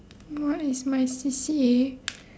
what is my C_C_A